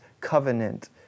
covenant